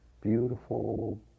beautiful